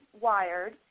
wired